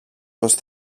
πως